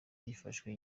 gifashwe